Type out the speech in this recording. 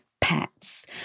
pets